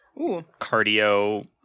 cardio